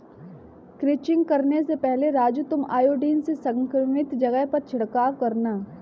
crutching करने से पहले राजू तुम आयोडीन से संक्रमित जगह पर छिड़काव करना